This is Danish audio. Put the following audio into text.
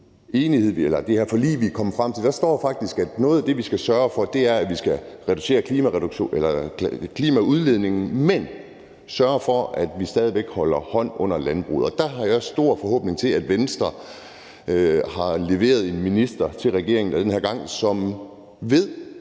i det forlig, vi er kommet frem til, at noget af det, vi skal sørge for, er, at vi skal reducere CO2-udledningen, men sørge for, at vi stadig væk holder hånden under landbruget. Og der har jeg en stor forhåbning til, at Venstre har leveret en minister til regeringen den her